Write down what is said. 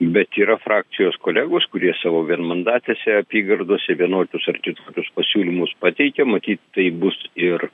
bet yra frakcijos kolegos kurie savo vienmandatėse apygardose vienokius ar kitokius pasiūlymus pateikė matyt taip bus ir